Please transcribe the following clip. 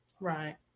right